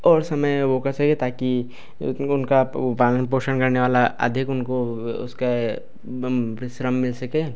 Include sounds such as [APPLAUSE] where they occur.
और समय वह [UNINTELLIGIBLE] ताकि वह उनका पालन पोषण करने वाला अधिक उसको उसका [UNINTELLIGIBLE] श्रम मिल सके